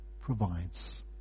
provides